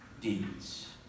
deeds